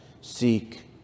seek